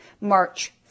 March